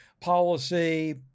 policy